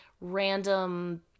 random